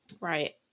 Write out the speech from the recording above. Right